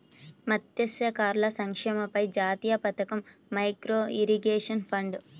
మత్స్యకారుల సంక్షేమంపై జాతీయ పథకం, మైక్రో ఇరిగేషన్ ఫండ్